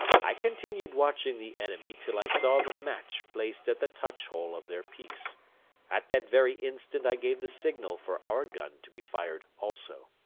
i continued watching the enemy till i saw the match placed at the touch-hole of their piece at that very instant i gave the signal for our gun to be fired also.